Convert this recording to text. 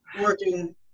working